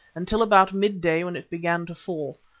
until about midday when it began to fall.